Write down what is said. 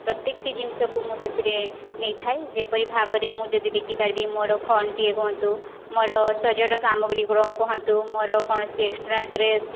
ପ୍ରତ୍ୟକଟି ଜିନିଷକୁ ମୁଁ ସେଥିରେ ନେଇଥାଏ ଯେପରି ଭାବରେ ମୁଁ ଦେଖିପାରିବି ମୋର ଫୋନ୍ଟିଏ କୁହନ୍ତୁ ମୋର ସଜର ସାମଗ୍ରୀ କୁହନ୍ତୁ ମୋର କୌଣସି ଏକ୍ସଟ୍ରା ଡ୍ରେସ୍